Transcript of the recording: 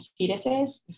fetuses